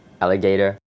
alligator